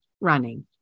running